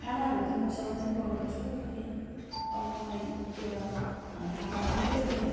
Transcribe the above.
खानाहरू त म सबै नै बनाउँछु है अब मलाई एउटा खाना अलिकति